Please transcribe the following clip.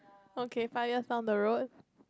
okay five years down the road